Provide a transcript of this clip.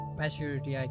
maturity